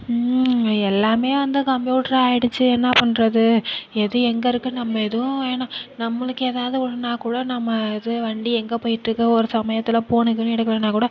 எல்லாம் அந்த கம்ப்யூட்டர் ஆயிடுச்சு என்ன பண்ணுறது எது எங்கே இருக்குது நம்ம எதுவும் வேணாம் நம்மளுக்கு எதாவது ஒன்றுனா கூட நம்ம இது வண்டி எங்கே போயிட்டுருக்கு ஒரு சமயத்தில் போன் கீனு எடுக்கலைனா கூட